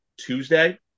Tuesday